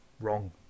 wrong